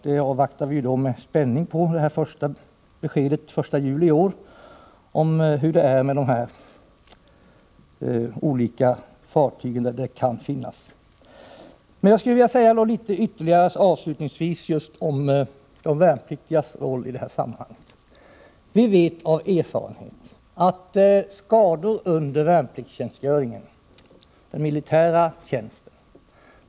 Vi avvaktar med spänning det första beskedet om hur det är med de fartyg där det kan finnas asbest, ett besked som alltså skall komma senast den 1 juli i år. Jag vill avslutningsvis säga ytterligare några ord om de värnpliktigas roll i detta sammanhang. Vi vet av erfarenhet att det uppstår skador under värnpliktstjänstgöringen, under den militära tjänsten.